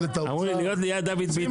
אמרו שכדאי להיות ליד היושב-ראש.